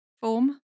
form